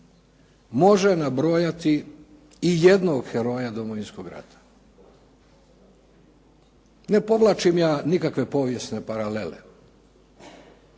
može nabrojati ijednog heroja Domovinskog rata? Ne povlačim ja nikakve povijesne paralele.